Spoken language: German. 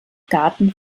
garten